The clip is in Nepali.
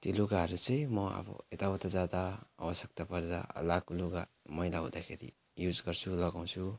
त्यो लुगाहरू चाहिँ म अब यता उता जाँदा आवश्यक्ता पर्दा लगाएको लुगा मैला हुँदाखेरि युज गर्छु लगाउँछु